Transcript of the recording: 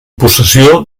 possessió